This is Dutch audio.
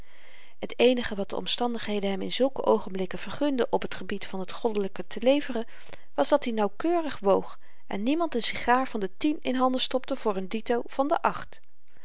t eenige wat de omstandigheden hem in zulke oogenblikken vergunden op t gebied van t goddelyke te leveren was dat-i nauwkeurig woog en niemand n sigaar van de tien in handen stopte voor n dito van de acht